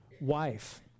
wife